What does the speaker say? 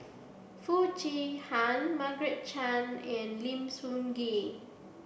Foo Chee Han Margaret Chan and Lim Sun Gee